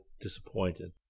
disappointed